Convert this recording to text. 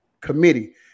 committee